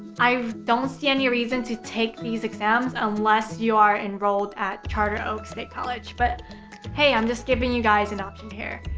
i don't see any reason to take these exams, unless you are enrolled at charter oak state college. but hey, i'm just giving you guys an option here.